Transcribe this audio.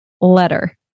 letter